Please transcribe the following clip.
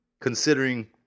considering